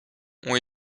ont